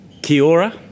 Kiora